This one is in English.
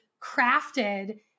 crafted